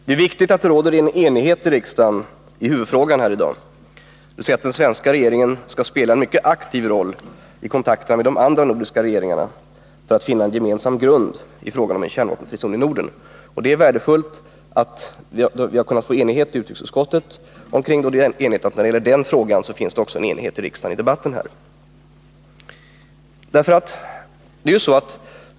Herr talman! Det är viktigt att det råder enighet i riksdagen i huvudfrågan i dag, dvs. att den svenska regeringen skall spela en mycket aktiv roll i kontakterna med de andra nordiska regeringarna för att finna en gemensam grund i fråga om en kärnvapenfri zon i Norden. Det är värdefullt att vi har kunnat få enighet i utrikesutskottet på den punkten, och det finns också en enighet här i debatten.